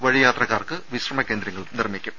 വഴിയാത്രക്കാർക്ക് വിശ്രമ കേന്ദ്രങ്ങളും നിർമിക്കും